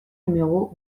numéro